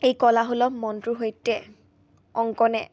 এই কলাসুলভ মনটোৰ সৈতে অংকনে